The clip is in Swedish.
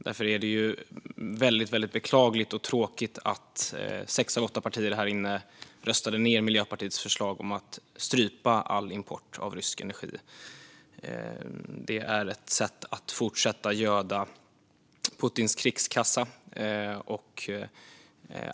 Därför är det beklagligt och tråkigt att sex av åtta partier här inne röstade ned Miljöpartiets förslag om att strypa all import av rysk energi. Det är ett sätt att fortsätta göda Putins krigskassa.